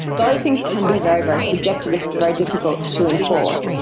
those things can be very, very subjective and very difficult to enforce.